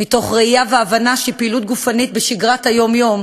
מתוך ראייה והבנה שפעילות גופנית בשגרת היום-יום,